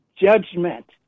judgment